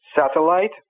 satellite